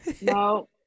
no